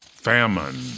famine